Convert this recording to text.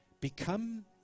become